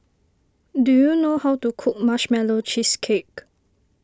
do you know how to cook Marshmallow Cheesecake